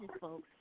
folks